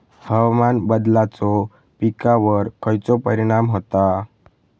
हवामान बदलाचो पिकावर खयचो परिणाम होता?